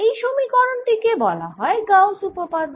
এই সমীকরণ টি কে বলে গাউস উপপাদ্য